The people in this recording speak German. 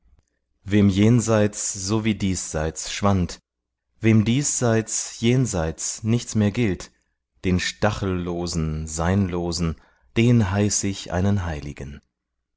wem jenseits so wie diesseits schwand wem diesseits jenseits nicht mehr gilt den stachellosen seinlosen den heiß ich einen heiligen